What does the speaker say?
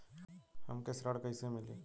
हमके ऋण कईसे मिली?